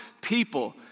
people